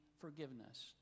forgiveness